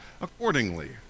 accordingly